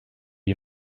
you